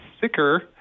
thicker